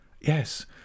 yes